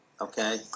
Okay